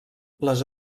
les